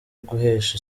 guhesha